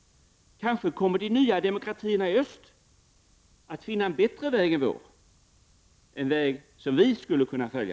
Kanske kommer de nya demokratierna i öst att finna en bättre väg än vår, en väg som vi skulle kunna följa.